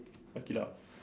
okay lah